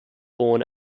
born